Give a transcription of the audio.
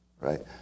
right